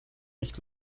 nicht